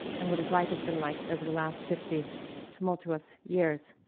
and what his life has been like over the last fifty tumultuous years.